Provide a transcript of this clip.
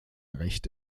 recht